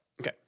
Okay